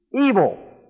evil